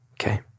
okay